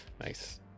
nice